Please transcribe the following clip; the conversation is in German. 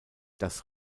das